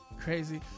crazy